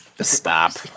stop